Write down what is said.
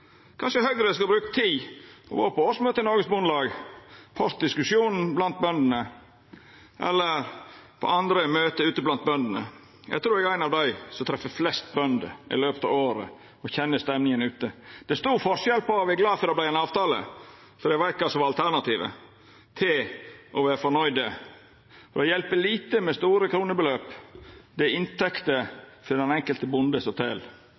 Kanskje Høgre skal bruka tid på å gå på årsmøtet i Noregs Bondelag og høyra diskusjonen blant bøndene, eller gå på andre møte ute blant bøndene. Eg trur eg er ein av dei som under året treff flest bønder, og eg kjenner stemninga ute. Det er stor forskjell på å vera glade for at det vart ein avtale – for ein veit kva som var alternativet – til å vera fornøgde. Det hjelper lite med store kronebeløp, det er inntekta til den enkelte bonden som tel.